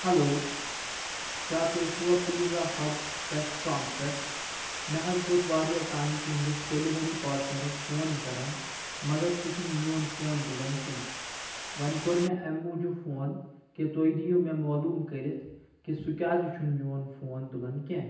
hello کیاہ تُہۍ چھُوا پیٖزا ہب ریسٹرانٹ پیٹھ مےٚ حظ ووت واریاہ ٹایم تُہندس ڈلیوری پاٹنرس فون کران مگر سہُ چھُ نہٕ میون فون تُلان کیٛنٚہہ وَنۍ کوٚر مےٚ امہِ موجوٗب فون کہِ تُہۍ دِیو مےٚ معلوم کٔرِتھ کہِ سُہ کیازِ چھُنہٕ میون فون تُلان کیٛنہہ